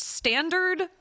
standard